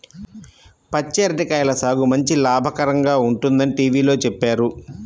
పచ్చి అరటి కాయల సాగు మంచి లాభకరంగా ఉంటుందని టీవీలో చెప్పారు